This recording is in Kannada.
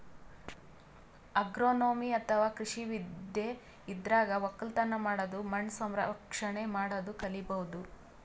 ಅಗ್ರೋನೊಮಿ ಅಥವಾ ಕೃಷಿ ವಿದ್ಯೆ ಇದ್ರಾಗ್ ಒಕ್ಕಲತನ್ ಮಾಡದು ಮಣ್ಣ್ ಸಂರಕ್ಷಣೆ ಮಾಡದು ಕಲಿಬಹುದ್